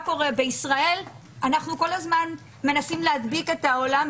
בישראל אנחנו כל הזמן מנסים להדביק את העולם,